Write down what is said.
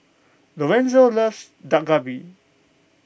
Lorenzo loves Dak Galbi